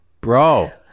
Bro